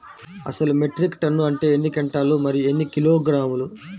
అసలు metric ton అంటే ఎన్ని క్వింటాలు మరియు ఎన్ని కిలోగ్రాములు?